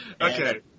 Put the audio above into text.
Okay